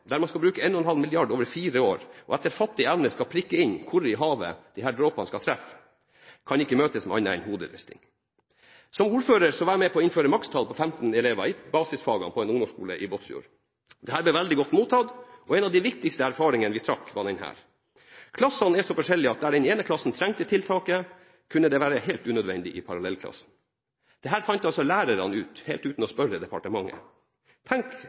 der man skal bruke 1,5 mrd. kr over fire år og etter fattig evne skal prikke inn hvor i havet disse dråpene skal treffe, kan ikke møtes med annet enn hoderisting. Som ordfører var jeg med på å innføre et makstall på 15 elever i basisfagene på en ungdomsskole i Båtsfjord. Dette ble veldig godt mottatt, og en av de viktigste erfaringene vi trakk, var denne: Klassene er så forskjellige at der den ene klassen trengte tiltaket, kunne det være helt unødvendig i parallellklassen. Dette fant lærerne ut helt uten å spørre departementet.